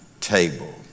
table